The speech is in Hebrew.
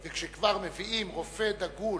כשכבר מביאים רופא דגול